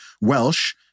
Welsh